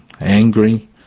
angry